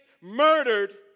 murdered